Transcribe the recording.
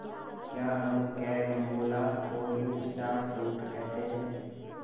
क्या हम कैरम्बोला को ही स्टार फ्रूट कहते हैं?